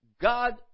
God